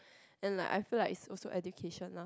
then like I feel like is also education lah